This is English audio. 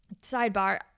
Sidebar